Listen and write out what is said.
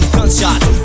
Gunshots